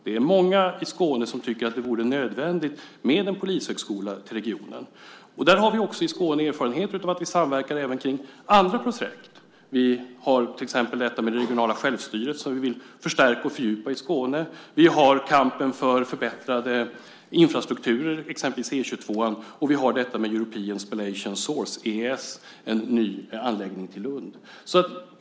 Det är många i Skåne som tycker att det är nödvändigt med en polishögskola i regionen. Vi har i Skåne erfarenheter av att samverka kring andra projekt. Vi har till exempel det regionala självstyret som vi vill förstärka och fördjupa i Skåne. Vi har kampen för förbättrad infrastruktur, exempelvis E 22, och vi har European Spallation Source, ESS, en ny anläggning till Lund.